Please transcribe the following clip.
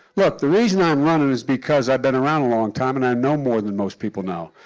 look. the reason i'm running is because i've been around a long time, and i know more than most people know,